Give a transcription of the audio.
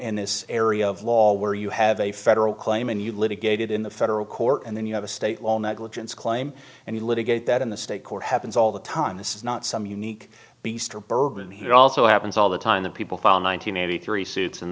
in this area of law where you have a federal claim and you litigated in the federal court and then you have a state law negligence claim and you litigate that in the state court happens all the time this is not some unique beast or bourbon here also happens all the time the people file nine hundred eighty three suits and